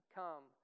come